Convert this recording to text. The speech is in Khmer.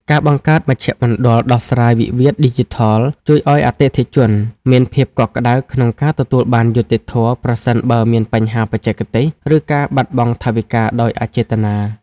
ការបង្កើត មជ្ឈមណ្ឌលដោះស្រាយវិវាទឌីជីថល ជួយឱ្យអតិថិជនមានភាពកក់ក្ដៅក្នុងការទទួលបានយុត្តិធម៌ ប្រសិនបើមានបញ្ហាបច្ចេកទេស ឬការបាត់បង់ថវិកាដោយអចេតនា។